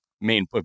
main